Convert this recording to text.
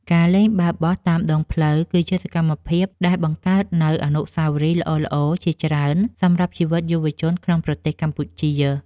ការលេងបាល់បោះតាមដងផ្លូវ គឺជាសកម្មភាពដែលបង្កើតនូវអនុស្សាវរីយ៍ល្អៗជាច្រើនសម្រាប់ជីវិតយុវវ័យក្នុងប្រទេសកម្ពុជា។